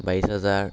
বাইছ হাজাৰ